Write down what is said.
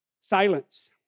Silence